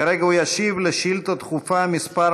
כרגע הוא ישיב על שאילתה דחופה מס'